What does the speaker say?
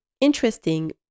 interesting